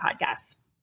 podcasts